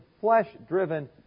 flesh-driven